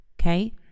okay